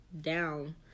down